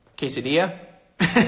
quesadilla